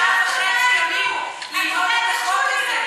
היו לך שלושה ימים ללמוד את החוק הזה.